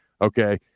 Okay